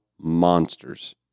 monsters